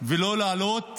ולא להעלות